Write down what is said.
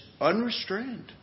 unrestrained